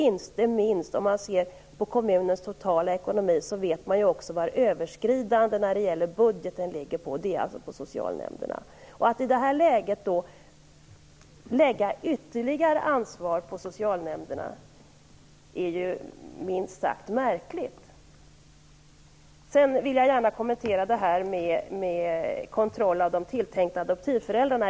I fråga om kommunernas totala ekonomi sker överskridandet på budgeten i socialnämnderna. Att i detta läge lägga ytterligare ansvar på socialnämnderna är minst sagt märkligt. Jag vill gärna kommentera frågan om kontroll av de tilltänkta adoptivföräldrarna.